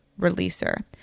releaser